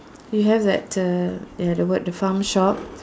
you have that the ya the word the farm shop